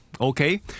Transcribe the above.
okay